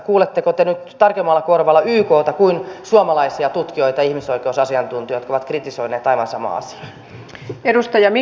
kuuletteko te nyt tarkemmalla korvalla ykta kuin suomalaisia tutkijoita ihmisoikeusasiantuntijoita jotka ovat kritisoineet aivan samaa asiaa